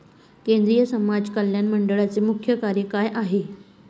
केंद्रिय समाज कल्याण मंडळाचे मुख्य कार्य काय आहे?